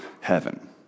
heaven